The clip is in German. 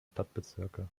stadtbezirke